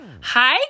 Hi